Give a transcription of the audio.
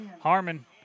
Harmon